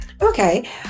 Okay